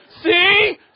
See